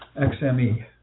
XME